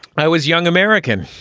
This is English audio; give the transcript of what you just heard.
i was young american.